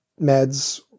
meds